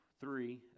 three